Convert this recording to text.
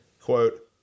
Quote